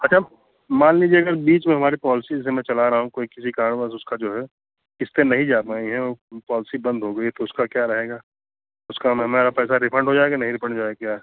अच्छा मान लीजिए अगर बीच में हमारी पॉलिसी जैसे मैं चला रहा हूँ कोई किसी कारणवश उसका जो है किश्तें नहीं जा पाई हैं पॉलिसी बंद हो गई हैं तो उसका क्या रहेगा उसका हमारा पैसा रिफंड हो जाएगा नहीं रिफंड हो जाएगा कि क्या